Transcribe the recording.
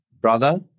brother